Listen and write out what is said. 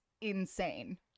insane